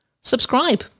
subscribe